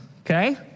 okay